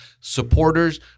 supporters